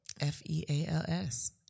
F-E-A-L-S